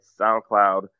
SoundCloud